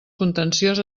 contenciós